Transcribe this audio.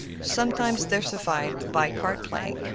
sometimes diversified by card-playing.